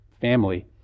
family